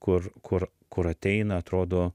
kur kur kur ateina atrodo